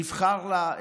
נבחר לה,